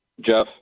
Jeff